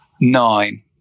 nine